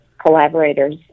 collaborators